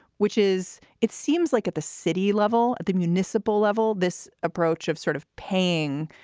which is it seems like at the city level, at the municipal level, this approach of sort of paying